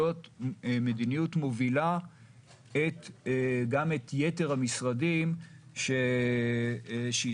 מדיניות מובילה גם את יתר המשרדים שהזכרתי.